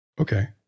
okay